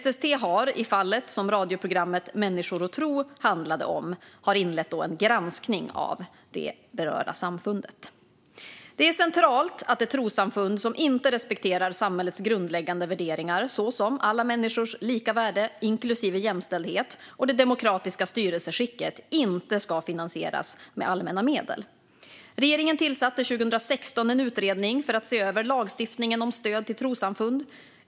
SST har i fallet som radioprogrammet Människor och tro handlade om inlett en granskning av det berörda samfundet. Det är centralt att ett trossamfund som inte respekterar samhällets grundläggande värderingar, såsom alla människors lika värde, inklusive jämställdhet, och det demokratiska styrelseskicket, inte ska finansieras med allmänna medel. Regeringen tillsatte 2016 en utredning för att se över lagstiftningen om stöd till trossamfund.